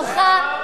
זוכה,